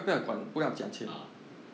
uh